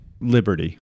liberty